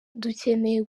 dukeneye